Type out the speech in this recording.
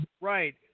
Right